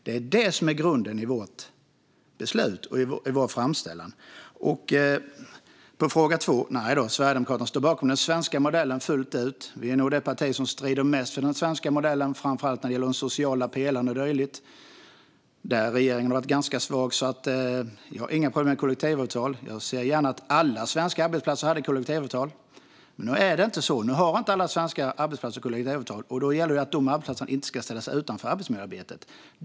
Det är detta som är grunden i vår framställan. På fråga två svarar jag nej - Sverigedemokraterna står bakom den svenska modellen fullt ut. Vi är nog det parti som strider mest för den svenska modellen, framför allt när det gäller den sociala pelaren och dylikt, där regeringen har varit ganska svag. Jag har inga problem med kollektivavtal. Jag skulle gärna se att alla svenska arbetsplatser hade kollektivavtal. Men nu är det inte så, och då gäller det att de arbetsplatser som inte har kollektivavtal inte ska ställa sig utanför arbetsmiljöarbetet.